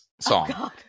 song